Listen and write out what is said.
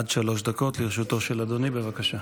עד שלוש דקות לרשותו של אדוני, בבקשה.